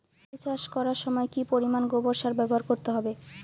আলু চাষ করার সময় কি পরিমাণ গোবর সার ব্যবহার করতে হবে?